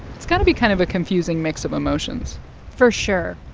it's got to be kind of a confusing mix of emotions for sure.